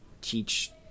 teach